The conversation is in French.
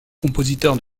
compositeurs